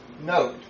Note